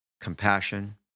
compassion